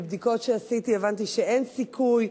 מבדיקות שעשיתי הבנתי שאין סיכוי,